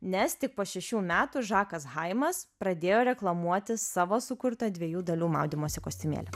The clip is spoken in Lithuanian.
nes tik po šešių metų žakas haimas pradėjo reklamuoti savo sukurtą dviejų dalių maudymosi kostiumėlį